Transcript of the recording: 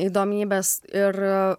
įdomybes ir